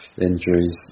injuries